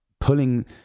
pulling